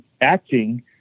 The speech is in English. acting